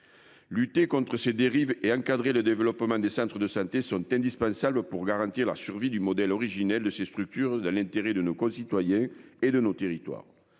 Lutter contre ces dérives et encadrer le développement des centres de santé sont indispensables pour garantir la survie du modèle originel de ces structures dans l'intérêt de nos concitoyens et de nos territoires.